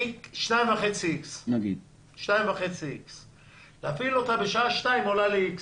X2.5. להפעיל אותו בשעה 2 עולה לי X,